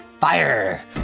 FIRE